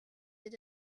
that